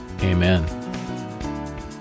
Amen